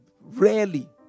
rarely